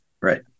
Right